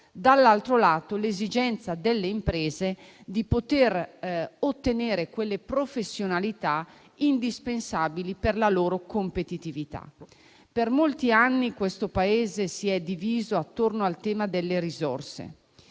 dall'altro lato l'esigenza delle imprese di ottenere quelle professionalità indispensabili per la loro competitività. Per molti anni questo Paese si è diviso attorno al tema delle risorse.